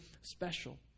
special